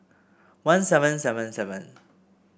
one seven seven seven